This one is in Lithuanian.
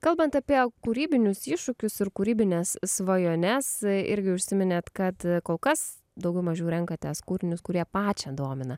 kalbant apie kūrybinius iššūkius ir kūrybines svajones irgi užsiminėt kad kol kas daugiau mažiau renkatės kūrinius kurie pačią domina